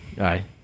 Aye